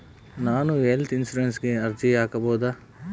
ನಾನು ಹೆಲ್ತ್ ಇನ್ಶೂರೆನ್ಸಿಗೆ ಅರ್ಜಿ ಹಾಕಬಹುದಾ?